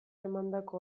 emandako